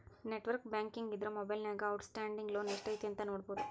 network banking ಇದ್ರ ಮೊಬೈಲ್ನ್ಯಾಗ outstanding loan ಎಷ್ಟ್ ಐತಿ ನೋಡಬೋದು